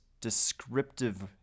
descriptive